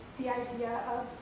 the idea of,